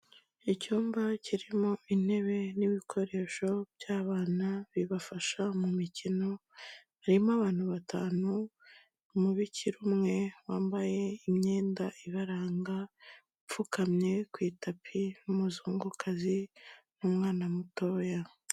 Icyumba kirimo intebe n'ibikoresho by'abana bibafasha mu mikino, harimo abantu batanu, umubikira umwe wambaye imyenda ibaranga upfukamye ku itapi, n'umuzungukazi n'umwana mutoya.